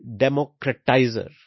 democratizer